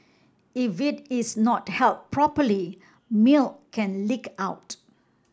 if it is not held properly milk can leak out